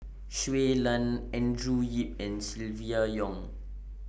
Shui Lan Andrew Yip and Silvia Yong